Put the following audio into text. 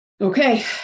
okay